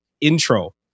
intro